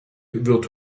wird